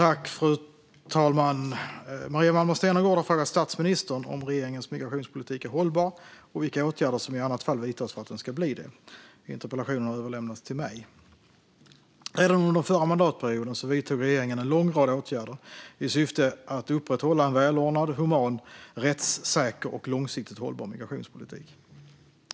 Fru talman! Maria Malmer Stenergard har frågat statsministern om regeringens migrationspolitik är hållbar och vilka åtgärder som i annat fall vidtas för att den ska bli det. Interpellationen har överlämnats till mig. Redan under förra mandatperioden vidtog regeringen en lång rad åtgärder i syfte att upprätthålla en välordnad, human, rättssäker och långsiktigt hållbar migrationspolitik.